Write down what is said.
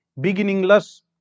beginningless